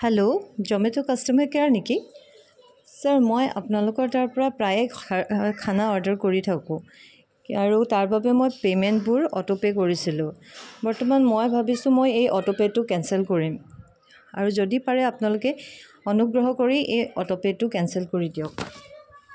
hello Zomato customer care নেকি sir মই আপোনালোকৰ তাৰ পৰা প্ৰায়ে খানা অৰ্ডাৰ কৰি থাকোঁ আৰু তাৰ বাবে মই পে'মেণ্টবোৰ অ'টোপে কৰিছিলোঁ বৰ্তমান মই ভাবিছোঁ মই এই অটোপে'টো কেনচেল কৰিম আৰু যদি পাৰে আপোনালোকে অনুগ্ৰহ কৰি এই অটোপে'টো কেনচেল কৰি দিয়ক